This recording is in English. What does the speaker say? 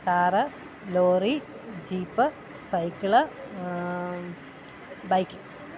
car lorry jeep cycle bike